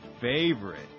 favorite